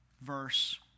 verse